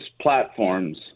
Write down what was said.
platforms